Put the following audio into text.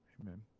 Amen